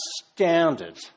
astounded